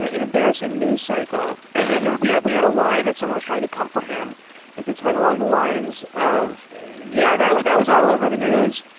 ah an embarrassing news cycle. and then then we had we had a line that someone is trying to comfort him and said something along the lines of, yeah, that would that was all over the news.